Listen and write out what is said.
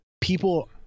People